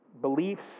beliefs